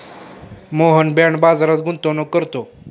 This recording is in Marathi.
मोहन बाँड बाजारात गुंतवणूक करतो